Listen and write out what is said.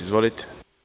Izvolite.